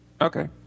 Okay